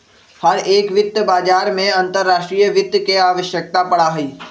हर एक वित्त बाजार में अंतर्राष्ट्रीय वित्त के आवश्यकता पड़ा हई